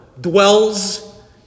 dwells